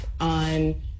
on